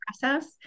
process